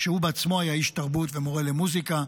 שהוא בעצמו היה איש תרבות ומורה למוזיקה,